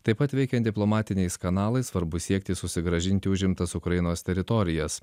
taip pat veikiant diplomatiniais kanalais svarbu siekti susigrąžinti užimtas ukrainos teritorijas